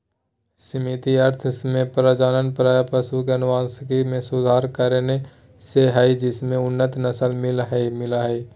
सीमित अर्थ में प्रजनन प्रायः पशु के अनुवांशिक मे सुधार करने से हई जिससे उन्नत नस्ल मिल हई